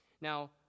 Now